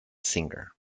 singer